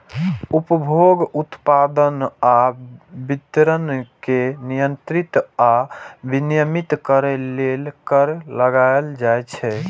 उपभोग, उत्पादन आ वितरण कें नियंत्रित आ विनियमित करै लेल कर लगाएल जाइ छै